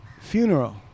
Funeral